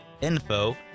info